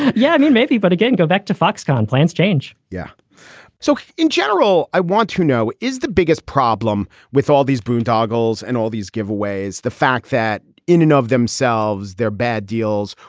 yeah, i mean, maybe but again, go back to foxconn. plants change. yeah so in general, i want to know, is the biggest problem with all these boondoggles and all these giveaways, the fact that in and of themselves, they're bad deals?